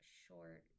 short